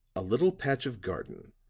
a little patch of garden,